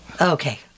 Okay